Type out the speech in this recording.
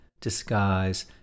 disguise